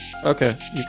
Okay